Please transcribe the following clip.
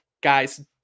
guys